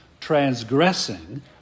transgressing